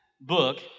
book